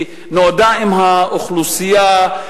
נועדה עם האוכלוסייה,